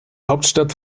hauptstadt